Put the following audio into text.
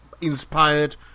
inspired